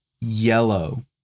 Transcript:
yellow